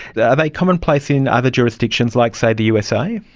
yeah they commonplace in other jurisdictions like, say, the usa?